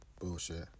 Bullshit